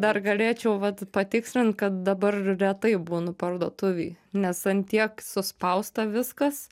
dar galėčiau vat patikslint kad dabar retai būnu parduotuvėj nes ant tiek suspausta viskas